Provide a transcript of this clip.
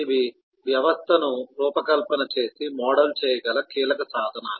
ఇవి వ్యవస్థను రూపకల్పన చేసి మోడల్ చేయగల కీలక సాధనాలు